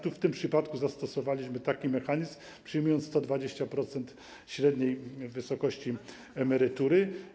Tu, w tym przypadku zastosowaliśmy taki mechanizm, że przyjęliśmy 120% średniej wysokości emerytury.